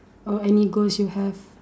or any goals you have